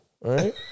right